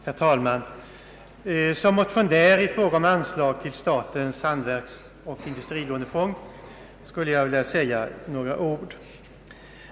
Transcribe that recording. Herr talman! Som motionär i fråga om anslag till statens hantverksoch industrilånefond vill jag säga några ord.